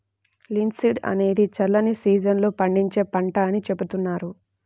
linseed అనేది చల్లని season లో పండించే పంట అని చెబుతున్నారు